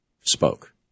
spoke